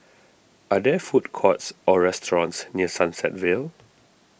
are there food courts or restaurants near Sunset Vale